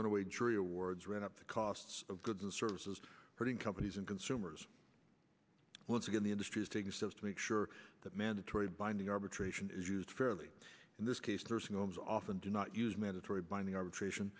runaway jury awards right up the costs of goods and services putting companies and consumers once again the industry is taking steps to make sure that mandatory binding arbitration is used fairly in this case nursing homes often do not use mandatory binding arbitration